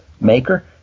maker